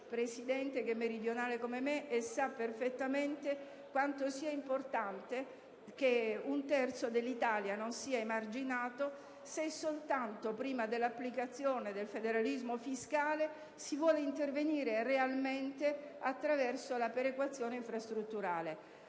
Presidente, che è meridionale come me e quindi sa perfettamente quanto sia importante che un terzo dell'Italia non venga emarginato, il che richiede che prima dell'applicazione del federalismo fiscale si intervenga realmente attraverso la perequazione infrastrutturale.